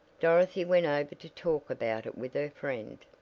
dorothy went over to talk about it with her friend.